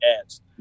ads